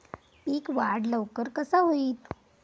पीक वाढ लवकर कसा होईत?